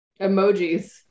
Emojis